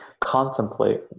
contemplate